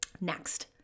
Next